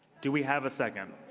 do we have a second?